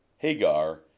Hagar